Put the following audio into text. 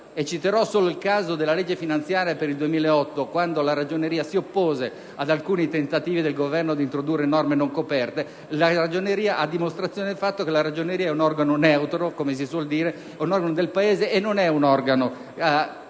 citerò solo il caso della legge finanziaria per il 2008, quando la Ragioneria si oppose ad alcuni tentativi del Governo di introdurre norme non coperte, a dimostrazione del fatto che la Ragioneria è un organo neutro, come si suol dire, del Paese, e non è organo